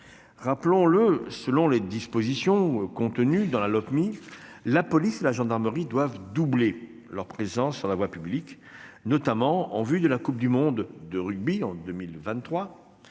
Rappelons-le, aux termes du projet de Lopmi, la police et la gendarmerie doivent doubler leur présence sur la voie publique, notamment en vue de la Coupe du monde de rugby en 2023